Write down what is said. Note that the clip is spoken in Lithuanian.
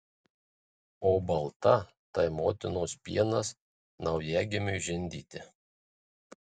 o balta tai motinos pienas naujagimiui žindyti